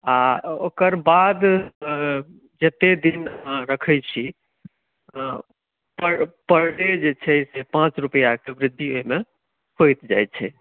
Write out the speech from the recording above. आ ओकर बाद जतेक दिन अहाँ रखैत छी पर पर डे जे छै से पाँच रुपैआके वृद्धि ओहिमे होइत जाइत छै